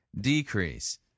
decrease